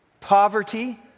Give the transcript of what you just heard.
poverty